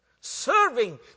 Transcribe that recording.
serving